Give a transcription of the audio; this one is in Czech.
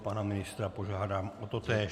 Pana ministra požádám o totéž.